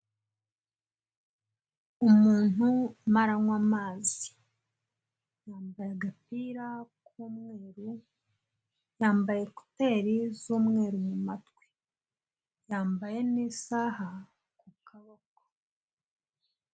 Umuntu Arimo aranywa amazi. Yambaye agapira k'umweru, yambaye kuteri z'umweru mu matwi, yambaye n'isaha ku kaboko.